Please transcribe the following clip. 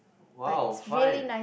!wow! five